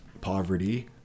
poverty